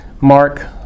mark